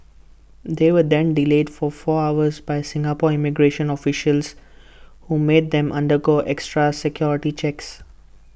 they were then delayed for four hours by Singapore immigration officials who made them undergo extra security checks